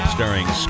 Starring